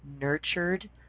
nurtured